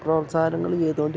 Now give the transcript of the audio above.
പ്രോത്സാഹനങ്ങൾ ചെയ്തുകൊണ്ടിരിക്കുക